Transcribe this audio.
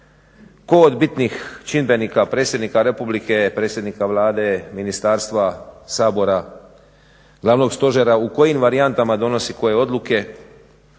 tko od bitnih čimbenika predsjednika Republike, predsjednika Vlade, ministarstva, Sabora, glavnog stožera u kojim varijantama donosi koje odluke,